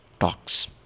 talks